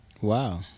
Wow